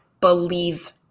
Believe